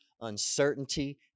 uncertainty